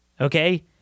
okay